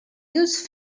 use